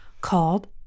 called